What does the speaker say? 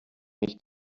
nicht